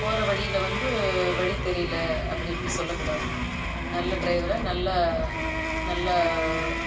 போகிற வழியில் வந்து வழி தெரியல அப்படி இப்படினு சொல்லக் கூடாது நல்ல டிரைவராக நல்ல நல்லா